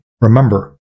Remember